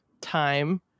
time